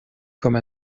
comme